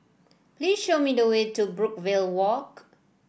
please show me the way to Brookvale Walk